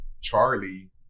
charlie